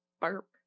burp